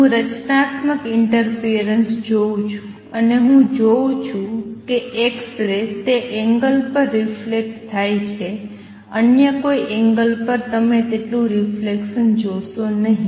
હું રચનાત્મક ઈંટરફિયરન્સ જોઉં છું અને હું જોઉં છું કે એક્સ રે તે એંગલ પર રિફલેક્ટ થાય છે અન્ય કોઈ એંગલ પર તમે તેટલું રિફ્લેક્સન જોશો નહીં